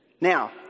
Now